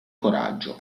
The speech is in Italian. coraggio